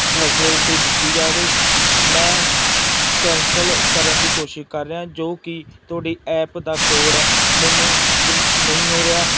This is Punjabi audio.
ਫੈਸਲਿਟੀ ਦਿੱਤੀ ਜਾਵੇ ਮੈਂ ਕੈਂਸਲ ਕਰਨ ਦੀ ਕੋਸ਼ਿਸ਼ ਕਰ ਰਿਹਾ ਜੋ ਕਿ ਤੁਹਾਡੀ ਐਪ ਦਾ ਕੋਡ ਮੈਨੂੰ ਦ੍ਰਿਸ਼ ਨਹੀਂ ਹੋ ਰਿਹਾ